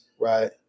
Right